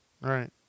right